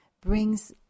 brings